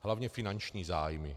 Hlavně finanční zájmy.